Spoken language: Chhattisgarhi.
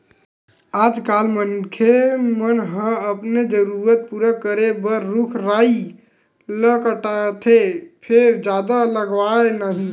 आजकाल मनखे मन ह अपने जरूरत पूरा करे बर रूख राई ल काटथे फेर जादा लगावय नहि